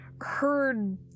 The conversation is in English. heard